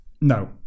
No